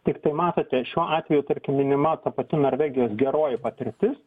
tiktai matote šiuo atveju tarkim minima ta pati norvegijos geroji patirtis